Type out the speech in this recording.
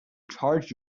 charge